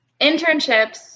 Internships